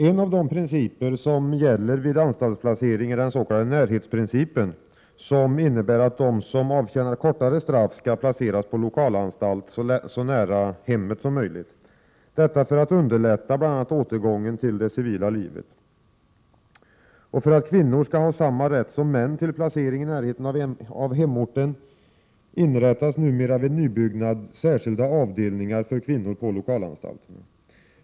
En av de principer som gäller vid anstaltsplacering är den s.k. närhetsprincipen, som innebär att de som avtjänar kortare straff skall placeras på lokalanstalt så nära hemmet som möjligt — detta för att underlätta bl.a. återgången till det civila livet. För att kvinnor skall ha samma rätt som män till placering i närheten av hemorten inrättas på lokalanstalterna vid nybyggnad särskilda avdelningar för kvinnor.